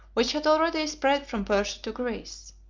which had already spread from persia to greece.